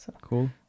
Cool